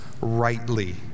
rightly